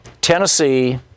Tennessee